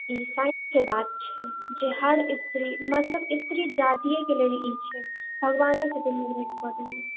ई साइन्सके बात छियै जे हर स्त्री मतलब स्त्री जातियेके लेल ई छै भगवाने छथिन दुनूमे भेद कऽ देने